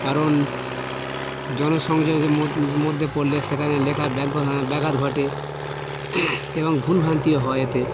কারণ জনসংযোগের মোধ মধ্যে পড়লে সেখানে লেখার ব্যাঘঘো হ্যাঁ ব্যাঘাত ঘটে এবং ভুলভ্রান্তিও হয় এতে